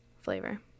flavor